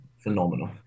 phenomenal